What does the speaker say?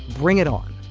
bring it on